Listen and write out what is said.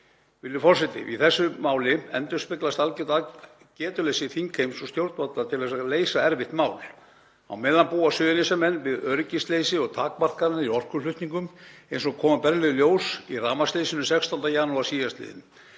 forseti. Í þessu máli endurspeglast algjört getuleysi þingheims og stjórnvalda til að leysa erfitt mál. Á meðan búa Suðurnesjamenn við öryggisleysi og takmarkanir í orkuflutningum, eins og kom berlega í ljós í rafmagnsleysinu 16. janúar sl.